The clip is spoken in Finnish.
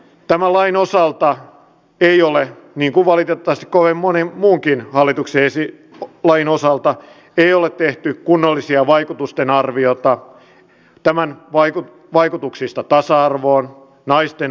tämän lain osalta ei ole niin kuin ei valitettavasti ole kovin monen muunkaan hallituksen esityksen lain osalta tehty kunnollisia vaikutusten arviointia tämän vaikutuksista tasa arvoon naisten asemaan